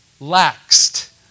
laxed